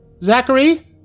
Zachary